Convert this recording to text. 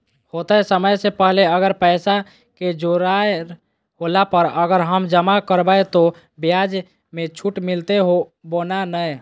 होतय समय से पहले अगर पैसा के जोगाड़ होला पर, अगर हम जमा करबय तो, ब्याज मे छुट मिलते बोया नय?